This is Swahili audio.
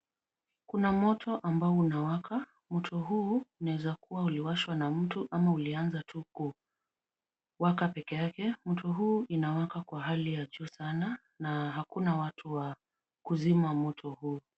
Kuna moto ambao unawaka. Moto huu unaweza kuwa uliwashwa na mtu ama ulianza tu kuwaka pekee yake. Moto huu unawaka kwa hali ya juu sana na hakuna watu wa kuzima moto huu.